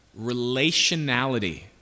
relationality